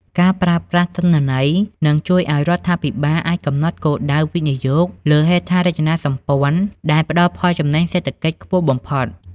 ការប្រើប្រាស់ទិន្នន័យ នឹងជួយឱ្យរដ្ឋាភិបាលអាចកំណត់គោលដៅវិនិយោគលើហេដ្ឋារចនាសម្ព័ន្ធដែលផ្ដល់ផលចំណេញសេដ្ឋកិច្ចខ្ពស់បំផុត។